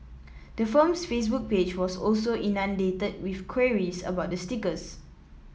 the firm's Facebook page was also inundated with queries about the stickers